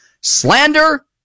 Slander